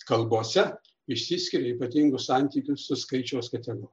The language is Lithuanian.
kalbose išsiskiria ypatingu santykiu suskaičiaus katego